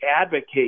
advocate